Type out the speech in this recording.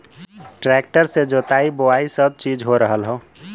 tractor से जोताई बोवाई सब चीज हो रहल हौ